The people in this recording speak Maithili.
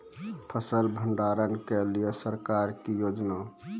फसल भंडारण के लिए सरकार की योजना?